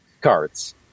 cards